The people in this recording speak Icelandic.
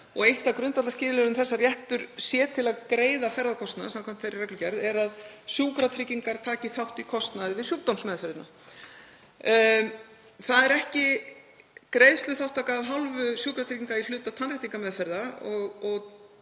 Eitt af grundvallarskilyrðum þess að réttur sé til að greiða ferðakostnað samkvæmt þeirri reglugerð er að sjúkratryggingar taki þátt í kostnaði við sjúkdómsmeðferð. Það er ekki greiðsluþátttaka af hálfu Sjúkratrygginga í hluta tannréttingameðferða.